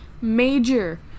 major